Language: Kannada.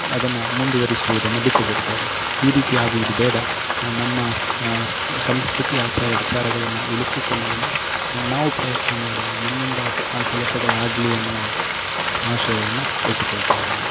ಅದನ್ನ ಮುಂದುವರಿಸುವುದನ್ನು ಬಿಟ್ಟು ಬಿಡುತ್ತೇವೆ ಈ ರೀತಿ ಆಗುವುದು ಬೇಡ ನಮ್ಮ ಸಂಸ್ಕೃತಿ ಆಚಾರ ವಿಚಾರಗಳನ್ನ ಉಳಿಸಿಕೊಳ್ಳುವಲ್ಲಿ ನಾವು ಪ್ರಯತ್ನ ಮಾಡೋಣ ನಮ್ಮಿಂದ ಆ ಕೆಲಸಗಳಾಗಲಿ ಅನ್ನುವ ಆಶಯವನ್ನು ಇಟ್ಟುಕೊಳ್ತಾಯಿದ್ದೇವೆ